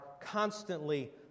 constantly